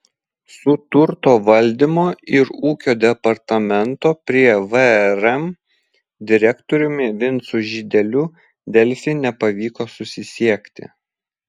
su turto valdymo ir ūkio departamento prie vrm direktoriumi vincu žydeliu delfi nepavyko susisiekti